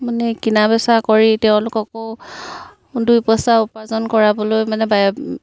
মানে কিনা বেচা কৰি তেওঁলোককো দুই এইচা উপাৰ্জন কৰাবলৈ মানে